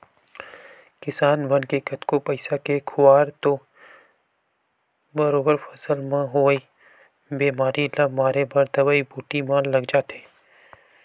किसान मन के कतको पइसा के खुवार तो बरोबर फसल म होवई बेमारी ल मारे बर दवई बूटी म लग जाथे